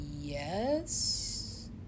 Yes